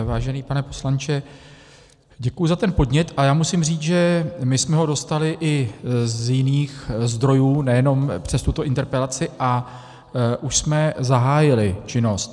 Vážený pane poslanče, děkuji za ten podnět a musím říct, že jsme ho dostali i z jiných zdrojů, nejenom přes tuto interpelaci, a už jsme zahájili činnost.